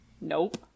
Nope